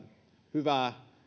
hyvää